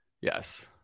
Yes